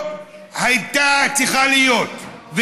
הוועדה שלו הייתה צריכה להיות,